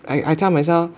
I I tell myself